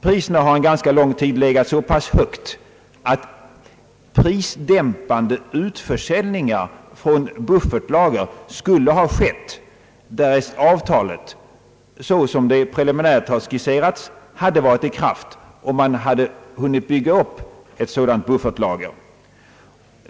Priserna har under en ganska lång tid legat så pass högt att prisdämpande utförsäljningar från buffertlager skulle ha skett, därest avtalet — såsom det preliminärt skisserats — hade varit i kraft och man hade hunnit bygga upp ett sådant buffertlager.